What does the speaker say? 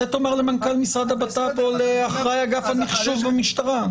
את אז תאומר למנכ"ל משרד הבט"פ או לאחראי אגף המחשוב במשטרה.